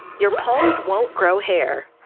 your palms won't grow hair,